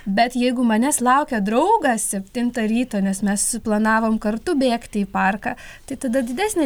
bet jeigu manęs laukia draugas septintą ryto nes mes susiplanavom kartu bėgti į parką tai tada didesnė